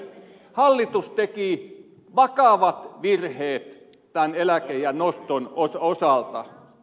hallitus teki vakavat virheet tämän eläkeiän noston osalta